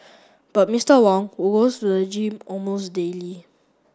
but Mister Wong who goes to the gym almost daily